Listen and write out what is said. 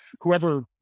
whoever